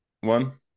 one